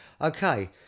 okay